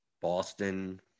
Boston